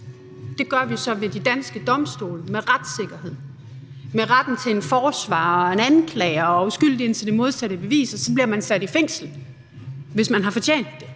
Det gør vi så ved de danske domstole med retssikkerhed, med retten til en forsvarer og en anklager, og hvor man er uskyldig, indtil det modsatte er bevist, og så bliver man sat i fængsel, hvis man har fortjent det.